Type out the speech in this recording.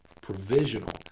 provisional